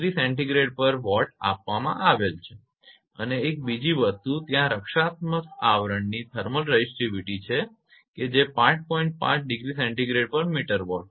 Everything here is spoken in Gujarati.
5°𝐶 mtWatt આપવામાં આવેલ છે અને એક બીજી વસ્તુ ત્યાં રક્ષણાત્મક આવરણની થર્મલ રેઝિસ્ટિવિટી છે જે 5 5°𝐶 mtWatt છે